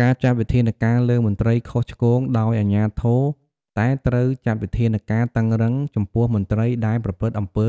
ការចាត់វិធានការលើមន្ត្រីខុសឆ្គងដោយអាជ្ញាធរតែត្រូវចាត់វិធានការតឹងរ៉ឹងចំពោះមន្ត្រីដែលប្រព្រឹត្តអំពើ